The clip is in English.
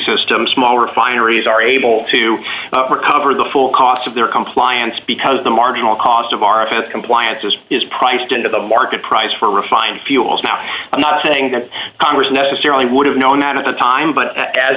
system small refineries are able to recover the full cost of their compliance because the marginal cost of our compliance is is priced into the market price for refined fuels now i'm not saying that congress necessarily would have known that at the time but